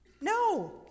No